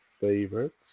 favorites